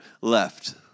left